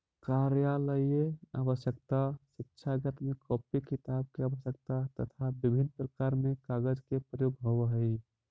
कार्यालयीय आवश्यकता, शिक्षाजगत में कॉपी किताब के आवश्यकता, तथा विभिन्न व्यापार में कागज के प्रयोग होवऽ हई